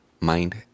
mind